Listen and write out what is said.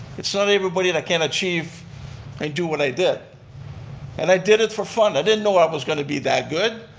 it's not everybody that can achieve and do what i did and i did it for fun. i didn't know i was going to be that good.